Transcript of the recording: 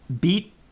beat